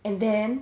and then